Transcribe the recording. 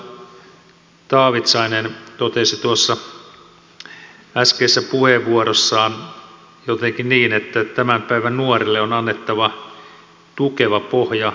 edustaja taavitsainen totesi tuossa äskeisessä puheenvuorossaan jotenkin niin että tämän päivän nuorille on annettava tukeva pohja tulevaisuuteen